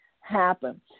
happen